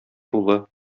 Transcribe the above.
улы